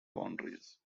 boundaries